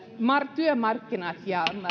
työmarkkinat ja